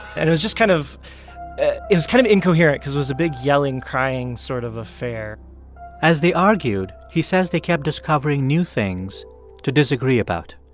and it was just kind of it was kind of incoherent because it was a big yelling, crying sort of affair as they argued, he says they kept discovering new things to disagree about.